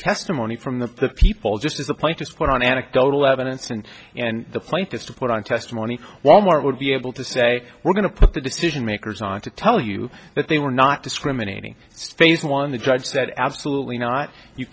testimony from the people just as the plaintiffs put on anecdotal evidence and and the fight is to put on testimony wal mart would be able to say we're going to put the decision makers on to tell you that they were not discriminating phase one the judge said absolutely not you